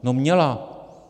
No měla.